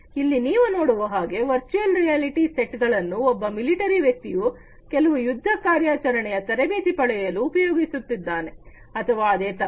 ಇಲ್ಲಿ ನೀವು ನೋಡುವ ಹಾಗೆ ವರ್ಚುಯಲ್ ರಿಯಾಲಿಟಿ ಸೆಟ್ ಗಳನ್ನು ಒಬ್ಬ ಮಿಲಿಟರಿ ವ್ಯಕ್ತಿಯು ಕೆಲವು ಯುದ್ಧ ಕಾರ್ಯಾಚರಣೆಯ ತರಬೇತಿ ಪಡೆಯಲು ಉಪಯೋಗಿಸುತ್ತಿದ್ದಾನೆ ಅಥವಾ ಅದೇ ತರಹ